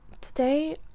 today